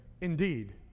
indeed